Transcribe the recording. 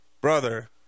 brother